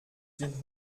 sind